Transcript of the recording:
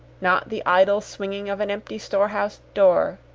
not the idle swinging of an empty store-house door,